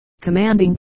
Commanding